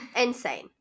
Insane